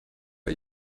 bei